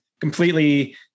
completely